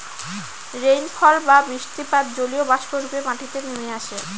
rainfall বা বৃষ্টিপাত জলীয়বাষ্প রূপে মাটিতে নেমে আসে